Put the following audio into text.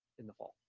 in the fall